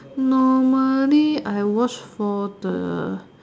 normally I watch for the